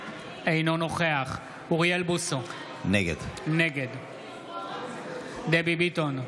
אינו נוכח אוריאל בוסו, נגד דבי ביטון,